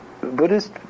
Buddhist